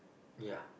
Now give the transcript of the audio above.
ya